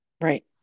Right